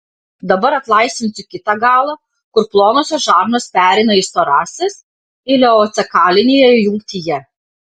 dabar atlaisvinsiu kitą galą kur plonosios žarnos pereina į storąsias ileocekalinėje jungtyje